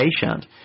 patient